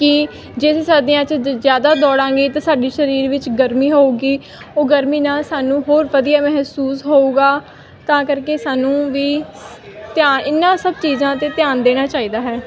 ਕਿ ਜੇ ਅਸੀਂ ਸਰਦੀਆਂ 'ਚ ਜ ਜ਼ਿਆਦਾ ਦੌੜਾਂਗੇ ਤਾਂ ਸਾਡੇ ਸਰੀਰ ਵਿੱਚ ਗਰਮੀ ਹੋਊਗੀ ਉਹ ਗਰਮੀ ਨਾਲ ਸਾਨੂੰ ਹੋਰ ਵਧੀਆ ਮਹਿਸੂਸ ਹੋਊਗਾ ਤਾਂ ਕਰਕੇ ਸਾਨੂੰ ਵੀ ਧਿਆ ਇਹਨਾਂ ਸਭ ਚੀਜ਼ਾਂ 'ਤੇ ਧਿਆਨ ਦੇਣਾ ਚਾਹੀਦਾ ਹੈ